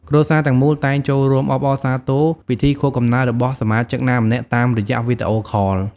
គ្រួសារទាំងមូលតែងចូលរួមអបអរសាទរពិធីខួបកំណើតរបស់សមាជិកណាម្នាក់ តាមរយៈវីដេអូខល។